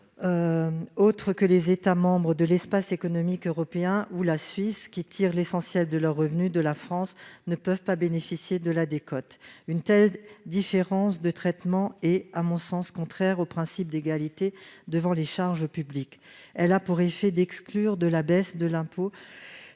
autres que les États membres de l'Espace économique européen ou la Suisse, qui tirent l'essentiel de leurs revenus de la France ne peuvent pas bénéficier de la décote. Une telle différence de traitement est à mon sens contraire au principe d'égalité devant les charges publiques. Elle a pour effet d'exclure de la baisse de l'impôt